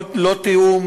לא תיאום,